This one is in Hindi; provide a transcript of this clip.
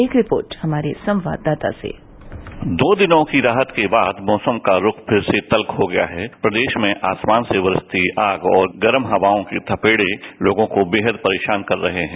एक रिपोर्ट हमारे संवाददाता से दो दिनों की राहत के बाद मौसम का रुख फिर से तल्ख हो गया है प्रदेश में आसमान से बरसती आग और गर्म हवाओं के थपेड़े लोगों को बेहद परेशान कर रहे हैं